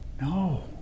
No